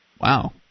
Wow